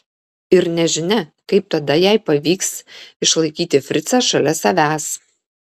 ir nežinia kaip tada jai pavyks išlaikyti fricą šalia savęs